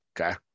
okay